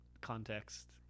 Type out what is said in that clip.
Context